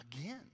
again